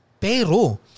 Pero